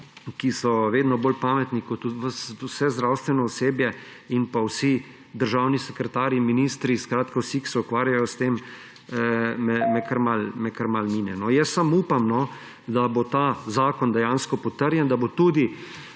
ki so vedno bolj pametni kot vse zdravstveno osebje in vsi državni sekretarji, ministri, skratka, vsi, ki se ukvarjajo s tem, me kar malo mine. Upam, da bo ta zakon dejansko potrjen, da bo tudi